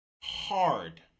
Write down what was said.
hard